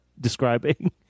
describing